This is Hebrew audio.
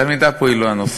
התלמידה פה היא לא הנושא,